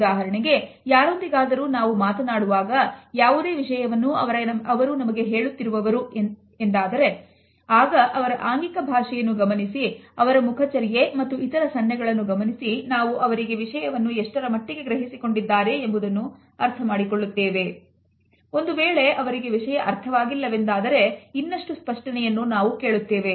ಉದಾಹರಣೆಗೆ ಯಾರೊಂದಿಗಾದರೂ ನಾವು ಮಾತನಾಡುವಾಗ ಯಾವುದೇ ವಿಷಯವನ್ನು ಅವರು ನಮಗೆ ಹೇಳುತ್ತಿರುವರು ಎಂದಾದರೆ ಆಗ ಅವರ ಆಂಗಿಕ ಭಾಷೆಯನ್ನು ಗಮನಿಸಿ ಅವರ ಮುಖಚರ್ಯೆ ಮತ್ತು ಇತರ ಸನ್ನೆಗಳನ್ನು ಗಮನಿಸಿ ನಾವು ಅವರಿಗೆ ವಿಷಯವನ್ನು ಎಷ್ಟರಮಟ್ಟಿಗೆ ಗ್ರಹಿಸಿ ಕೊಂಡಿದ್ದಾರೆ ಎಂಬುದನ್ನು ಅರ್ಥ ಮಾಡಿಕೊಳ್ಳುತ್ತೇವೆ